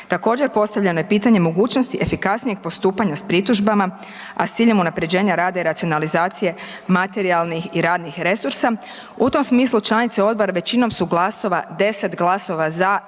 Također postavljeno je pitanje mogućnosti efikasnijeg postupanja sa pritužbama a s ciljem unaprjeđenja rada i racionalizacije materijalnih i radnih resursa, u tom smislu članice odbora većinom su glasova, 10 glasova za